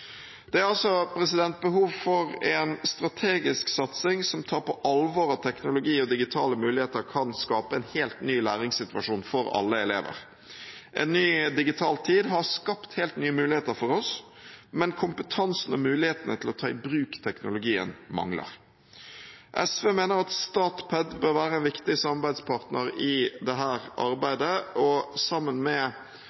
Det er behov for en strategisk satsing som tar på alvor at teknologi og digitale muligheter kan skape en helt ny læringssituasjon for alle elever. En ny digital tid har skapt helt nye muligheter for oss, men kompetansen og mulighetene til å ta i bruk teknologien mangler. SV mener at Statped bør være en viktig samarbeidspartner i